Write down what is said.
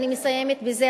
אני מסיימת בזה,